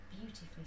beautifully